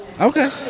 Okay